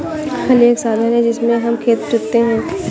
हल एक साधन है जिससे हम खेत जोतते है